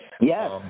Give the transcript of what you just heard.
Yes